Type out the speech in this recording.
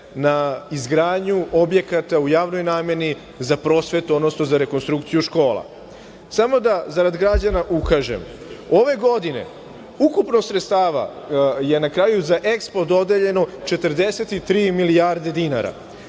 na izgradnju objekata u javnoj nameni za prosvetu, odnosno za rekonstrukciju škola. Samo da zarad građana ukažem, ove godine ukupno sredstava je na kraju za EKSPO dodeljeno 43 milijarde dinara,